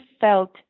felt